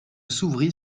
s’ouvrit